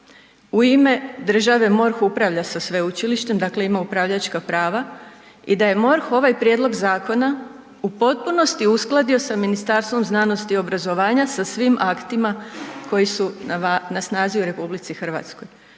u ime države MORH upravlja sa sveučilištem, dakle ima upravljačka prava i da je MORH ovaj prijedlog zakona u potpunosti uskladio sa Ministarstvom znanosti i obrazovanja sa svim aktima koji su na snazi u RH. Uostalom,